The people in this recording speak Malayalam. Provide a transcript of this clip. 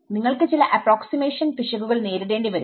നിങ്ങൾക്ക് ചില അപ്രോക്സിമേഷൻ പിശകുകൾ നേരിടേണ്ടി വരും